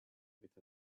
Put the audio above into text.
with